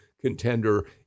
contender